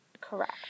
Correct